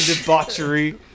debauchery